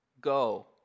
Go